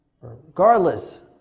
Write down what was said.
regardless